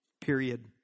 period